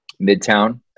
midtown